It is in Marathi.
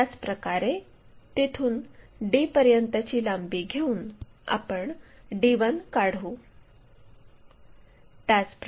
त्याचप्रकारे तिथून d पर्यंतची लांबी घेऊन आपण d1 काढू